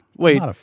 Wait